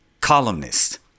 columnist